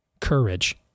Courage